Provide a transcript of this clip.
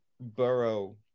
Burrow